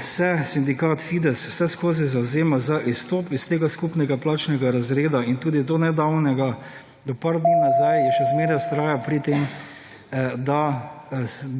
se sindikat Fides vseskozi zavzema za izstop iz tega skupnega plačnega razreda in tudi do nedavnega, / znak za konec razprave/ do par dni nazaj, je še zmeraj vztraja pri tem, da